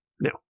Now